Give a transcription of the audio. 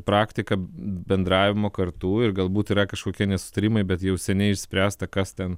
praktiką bendravimo kartu ir galbūt yra kažkokie nesutarimai bet jau seniai išspręsta kas ten